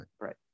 right